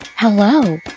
Hello